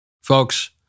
Folks